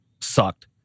sucked